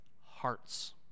hearts